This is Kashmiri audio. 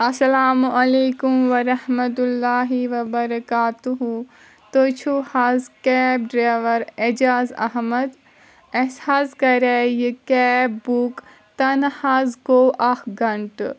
اَسَلامُ عَلیٚکُم وَرَحمَتُللٰہِ وَبَرَکاتُہوٗ تُہۍ چھُو حظ کیب ڈرٛیوَر ایٚجاز احمَد اَسہِ حظ کَریٚیہِ یہِ کیب بُک تَنہٕ حظ گوو اَکھ گَنٛٹہٕ